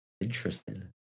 Interesting